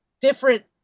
different